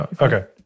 Okay